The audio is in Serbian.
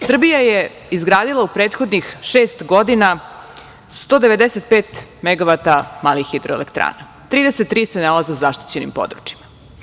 Srbija je izgradila u prethodnih šest godina 195 megavata malih hidroelektrana, 33 se nalaze u zaštićenim područjima.